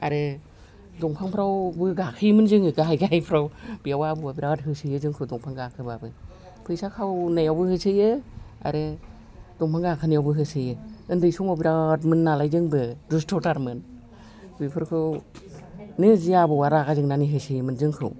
आरो दंफांफ्रावबो गाखोयोमोन जोङो गाहाय गाहायफ्राव बियाव आबौआ बिराद होसोयो जोंखौ दंफां गाखोब्लाबो फैसा खावनायावबो होसोयो आरो दंफां गाखोनायावबो होसोयो उन्दै समाव बिरादमोननालाय जोंबो दुस्थ'थारमोन बेफोरखौ नोरजिया आबौआ रागा जोंनानै होसोयोमोन जोंखौ